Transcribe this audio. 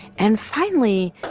and finally,